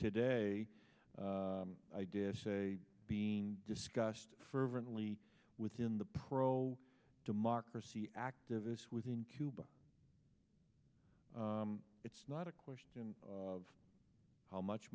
today i did say being discussed fervently within the pro democracy activists within cuba it's not a question of how much